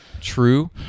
True